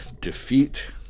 defeat